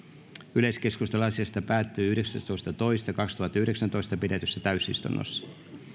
yleiskeskustelu asiasta päättyi yhdeksästoista toista kaksituhattayhdeksäntoista pidetyssä täysistunnossa